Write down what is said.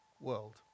world